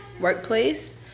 workplace